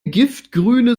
giftgrüne